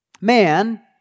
man